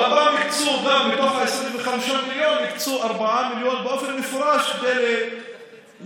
אבל הפעם גם בתוך ה-25 מיליון הקצו 4 מיליון באופן מפורש כדי לחזק,